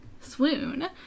Swoon